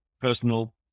personal